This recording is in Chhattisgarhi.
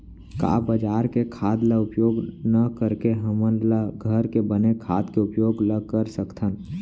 का बजार के खाद ला उपयोग न करके हमन ल घर के बने खाद के उपयोग ल कर सकथन?